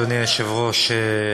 אדוני היושב-ראש,